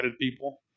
people